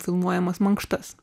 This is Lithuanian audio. filmuojamas mankštas